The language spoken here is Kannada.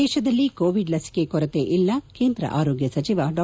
ದೇಶದಲ್ಲಿ ಕೋವಿಡ್ ಲಸಿಕೆ ಕೊರತೆ ಇಲ್ಲ ಕೇಂದ್ರ ಆರೋಗ್ಗ ಸಚಿವ ಡಾ